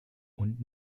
und